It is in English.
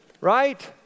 right